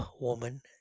woman